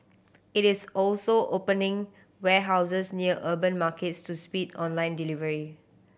it is also opening warehouses near urban markets to speed online delivery